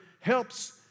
helps